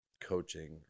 coaching